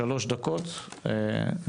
הישיבה ננעלה בשעה 12:15.